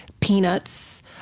peanuts